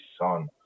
son